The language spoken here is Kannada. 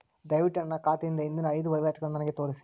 ದಯವಿಟ್ಟು ನನ್ನ ಖಾತೆಯಿಂದ ಹಿಂದಿನ ಐದು ವಹಿವಾಟುಗಳನ್ನು ನನಗೆ ತೋರಿಸಿ